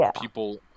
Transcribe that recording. people